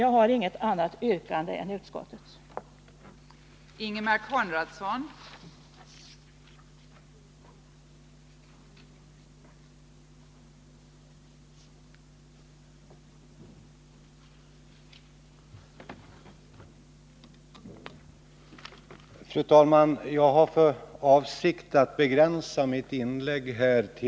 Jag har inget annat yrkande än bifall till utskottets hemställan.